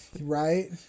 right